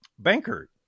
banker